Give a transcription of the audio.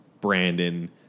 Brandon